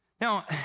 Now